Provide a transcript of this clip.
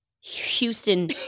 Houston